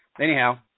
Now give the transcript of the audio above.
anyhow